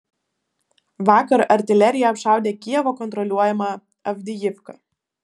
vakar artilerija apšaudė kijevo kontroliuojamą avdijivką